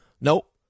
Nope